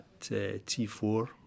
T4